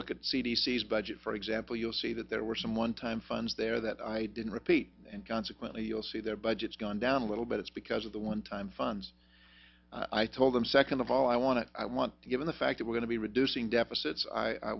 c s budget for example you'll see that there were some one time funds there that i didn't repeat and consequently you'll see their budgets gone down a little bit it's because of the one time funds i told them second of all i want to i want to given the fact that we're going to be reducing deficits i